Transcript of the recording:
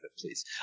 please